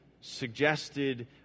suggested